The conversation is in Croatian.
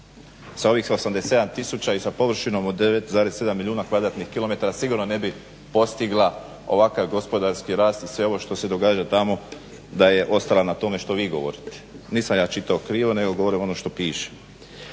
sa ovih 87000 i sa površinom od 9,7 milijuna kvadratnih kilometara sigurno ne bih postigla ovakav gospodarski rast i sve ovo što se događa tamo da je ostala na tome što vi govorite. Nisam ja čitao krivo, nego govorim ono što piše.